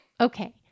okay